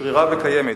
שרירה וקיימת.